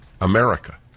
America